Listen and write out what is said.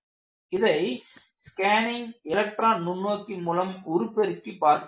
இதை scanning electron நுண்ணோக்கி மூலம் உருப்பெருக்கி பார்க்க முடியும்